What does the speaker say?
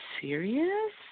serious